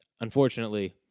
unfortunately